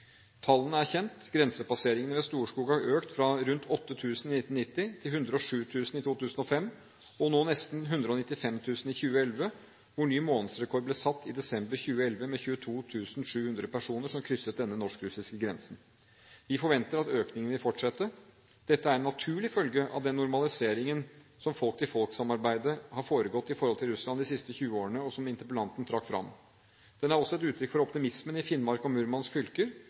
Tallene er kjent – grensepasseringene ved Storskog har økt fra rundt 8 000 i 1990 til 107 000 i 2005, og nå nesten 195 000 i 2011; ny månedsrekord ble satt i desember 2011 med 22 700 personer som krysset denne norsk-russiske grensen. Vi forventer at økningen vil fortsette. Dette folk-til-folk-samarbeidet er en naturlig følge av den normaliseringen som har foregått i forholdet til Russland de siste 20 årene, som interpellanten trakk fram. Den er også et uttrykk for optimismen i Finnmark og Murmansk fylker